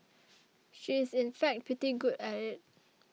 she is in fact pretty good at it